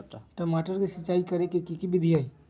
टमाटर में सिचाई करे के की विधि हई?